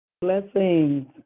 Blessings